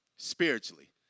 Spiritually